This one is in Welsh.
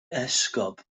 esgob